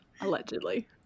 Allegedly